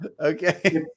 Okay